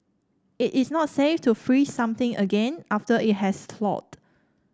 it is not safe to freeze something again after it has thawed